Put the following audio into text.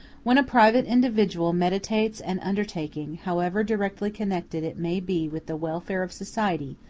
when a private individual meditates an undertaking, however directly connected it may be with the welfare of society,